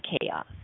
chaos